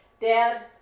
Dad